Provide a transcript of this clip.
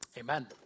Amen